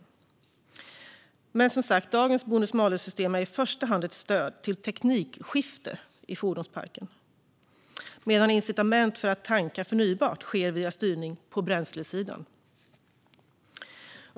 Dagens bonus-malus-system är som sagt var i första hand ett stöd till teknikskifte i fordonsparken, medan incitament för att tanka förnybart sker via styrning på bränslesidan.